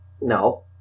No